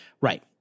Right